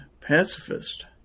Pacifist